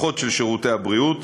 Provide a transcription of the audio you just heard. אחות של שירותי הבריאות,